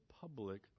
public